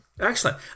Excellent